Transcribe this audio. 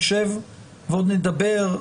נשב ועוד נדבר,